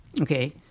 Okay